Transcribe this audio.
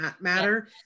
matter